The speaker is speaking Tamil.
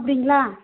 அப்படிங்களா